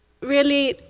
really,